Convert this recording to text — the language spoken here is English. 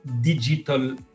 digital